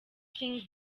king